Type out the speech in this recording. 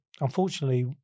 unfortunately